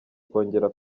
kongera